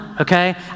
okay